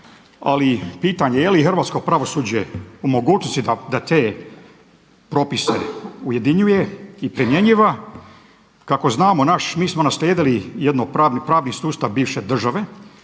ali pitanje je li hrvatsko pravosuđe u mogućnosti da te propise ujedinjuje i primjenjuje. Kako znamo naš, mi smo naslijedili jednopravni, pravni sustav bivše države,